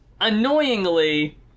annoyingly